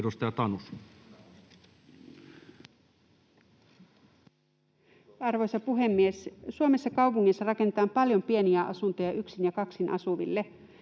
Content: Arvoisa puhemies! Suomessa kaupungeissa rakennetaan paljon pieniä asuntoja yksin ja kaksin asuville.